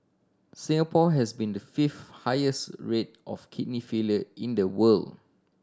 Singapore has been the fifth highest rate of kidney failure in the world